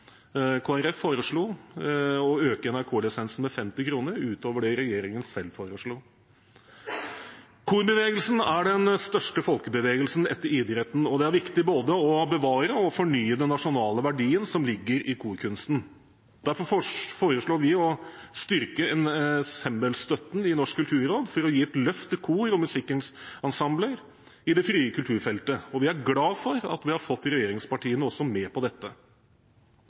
foreslo å øke NRK-lisensen med 50 kr utover det regjeringen selv foreslo. Korbevegelsen er den største folkebevegelsen etter idretten, og det er viktig både å bevare og fornye den nasjonale verdien som ligger i korkunsten. Derfor foreslår vi å styrke ensemblestøtten i Norsk kulturråd for å gi et løft til kor og musikkensembler i det frie kulturfeltet. Vi er glad for at vi har fått regjeringspartiene med på dette.